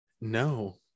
No